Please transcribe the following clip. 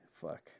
Fuck